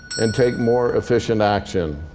and take more efficient action.